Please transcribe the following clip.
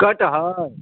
कटहर